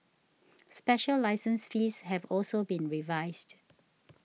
special license fees have also been revised